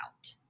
out